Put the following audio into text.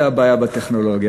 זו הבעיה בטכנולוגיה.